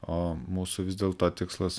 o mūsų vis dėlto tikslas